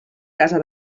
casa